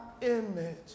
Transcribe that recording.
image